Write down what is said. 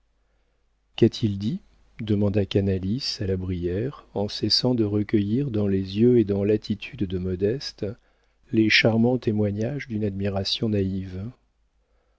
qu'a-t-il dit demanda canalis à la brière en cessant de recueillir dans les yeux et dans l'attitude de modeste les charmants témoignages d'une admiration